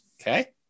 okay